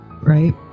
Right